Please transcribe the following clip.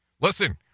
listen